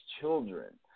children